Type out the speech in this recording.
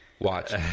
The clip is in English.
watch